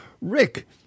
Rick